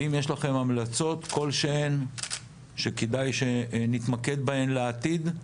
ואם יש לכם המלצות כלשהן שכדאי שנתמקד בהן לעתיד,